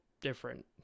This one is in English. different